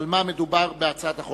חוק ומשפט על מנת להכינה לקריאה ראשונה.